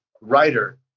writer